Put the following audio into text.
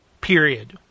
period